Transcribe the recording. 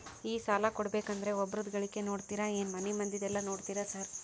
ಈ ಸಾಲ ಕೊಡ್ಬೇಕಂದ್ರೆ ಒಬ್ರದ ಗಳಿಕೆ ನೋಡ್ತೇರಾ ಏನ್ ಮನೆ ಮಂದಿದೆಲ್ಲ ನೋಡ್ತೇರಾ ಸಾರ್?